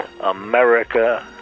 America